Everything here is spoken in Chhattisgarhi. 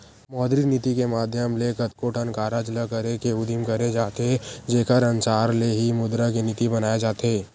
मौद्रिक नीति के माधियम ले कतको ठन कारज ल करे के उदिम करे जाथे जेखर अनसार ले ही मुद्रा के नीति बनाए जाथे